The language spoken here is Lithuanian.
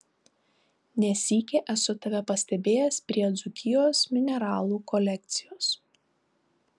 ne sykį esu tave pastebėjęs prie dzūkijos mineralų kolekcijos